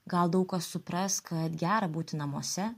gal daug kas supras kad gera būti namuose